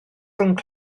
rhwng